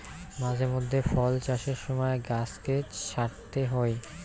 মাঝে মধ্যে ফল চাষের সময় গছকে ছাঁটতে হই